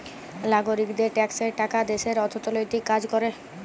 লাগরিকদের ট্যাক্সের টাকা দ্যাশের অথ্থলৈতিক কাজ ক্যরে